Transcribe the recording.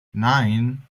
nine